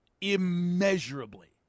immeasurably